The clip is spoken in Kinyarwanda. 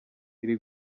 iri